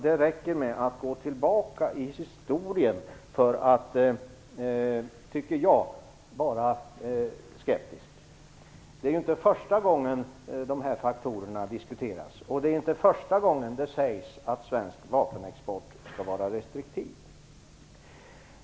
Det räcker med att gå tillbaka i historien, tycker jag, för att vara skeptisk. Det är inte första gången de här faktorerna diskuteras, och det är inte första gången det sägs att svensk vapenexport skall vara restriktiv.